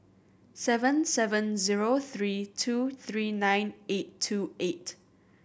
seven seven zero three two three nine eight two eight